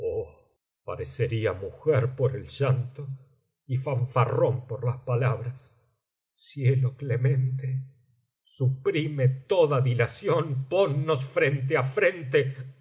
mujer por el llanto y fanfarrón por las palabras cielo clemente suprime toda dilación ponnos frente á frente